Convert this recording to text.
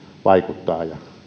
vaikuttaa ja